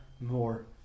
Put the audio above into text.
more